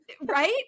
right